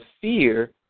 fear